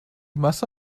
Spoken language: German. masse